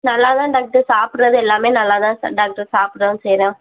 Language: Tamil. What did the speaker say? நல்லாதான் டாக்டர் சாப்பிட்றது எல்லாம் நல்லாதான் டாக்டர் சாப்பிட்றேன் செய்கிறேன்